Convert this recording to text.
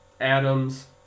Adams